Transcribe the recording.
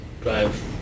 drive